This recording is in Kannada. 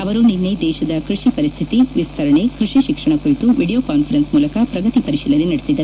ಅವರು ನಿನ್ನೆ ದೇಶದ ಕೃಷಿ ಪರಿಸ್ಟಿತಿ ವಿಸ್ತರಣೆ ಕೃಷಿ ಶಿಕ್ಷಣ ಕುರಿತು ವೀಡಿಯೋ ಕಾನ್ವರೆನ್ಸ್ ಮೂಲಕ ಪ್ರಗತಿ ಪರಿಶೀಲನೆ ನಡೆಸಿದರು